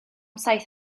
saith